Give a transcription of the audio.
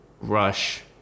Rush